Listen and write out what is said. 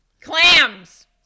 clams